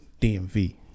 DMV